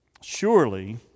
Surely